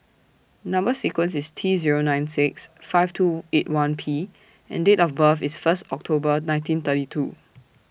Number sequence IS T Zero nine six five two eight one P and Date of birth IS First October nineteen thirty two